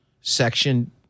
section